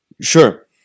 Sure